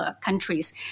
countries